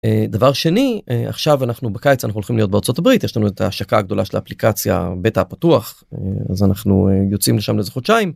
דבר שני עכשיו אנחנו בקיץ אנחנו הולכים להיות בארצות הברית יש לנו את ההשקה הגדולה של האפליקציה בטא פתוח אז אנחנו יוצאים לשם לאיזה חודשיים.